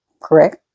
Correct